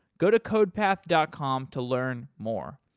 go to codepath dot com to learn more.